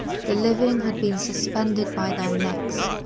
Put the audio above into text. the living had been suspended by their necks,